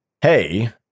hey